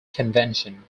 convention